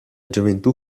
gioventù